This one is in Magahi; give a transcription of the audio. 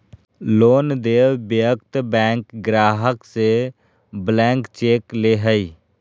लोन देय वक्त बैंक ग्राहक से ब्लैंक चेक ले हइ